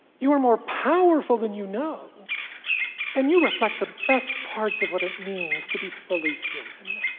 you are more powerful than you know and you reflect the best parts of what it means to be fully human.